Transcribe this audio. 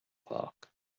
park